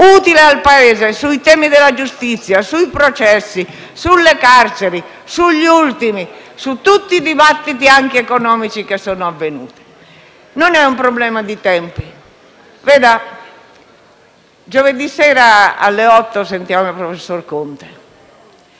utile al Paese sui temi della giustizia, sui processi, sulle carceri, sugli ultimi, su tutti i dibattiti, anche economici, che sono avvenuti. Non è un problema di tempi. Giovedì sera, alle 20, ascolteremo il professor Conte;